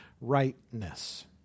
rightness